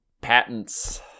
Patents